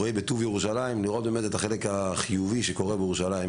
לראות את החלק החיובי שקורה בירושלים.